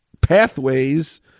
pathways